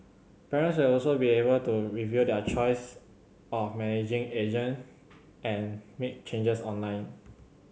parents will also be able to review their choice of managing agent and make changes online